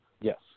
Yes